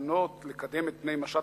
ההכנות לקדם את פני משט